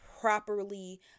properly